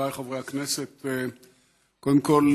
חבריי חברי הכנסת, קודם כול